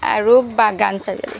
আৰু বাগান চাৰিআলি